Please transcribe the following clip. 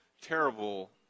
terrible